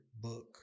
book